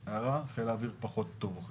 הערה, היום בחיל האוויר אוכלים פחות טוב.